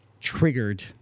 triggered